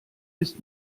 ist